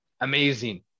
Amazing